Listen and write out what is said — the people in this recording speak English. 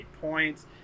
points